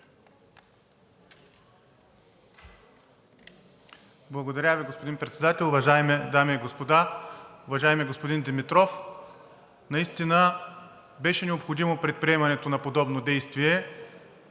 Благодаря Ви, господин Председател. Уважаеми дами и господа! Уважаеми господин Димитров, наистина беше необходимо предприемането на подобно действие,